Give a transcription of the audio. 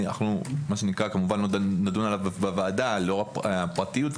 אנחנו לא נדון עליו בוועדה בגלל הפרטיות,